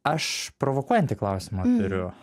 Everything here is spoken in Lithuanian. aš provokuojantį klausimą turiu